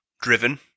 Driven